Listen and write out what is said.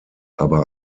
aber